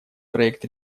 проект